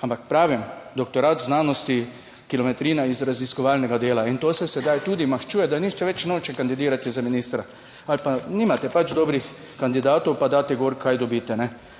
ampak pravim, doktorat znanosti, kilometrina iz raziskovalnega dela. In to se sedaj tudi maščuje, da nihče več noče kandidirati za ministra ali pa nimate pač dobrih kandidatov, pa daste gor, kaj dobite.